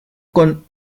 con